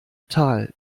tal